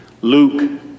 Luke